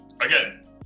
again